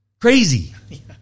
Crazy